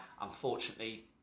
unfortunately